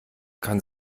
kann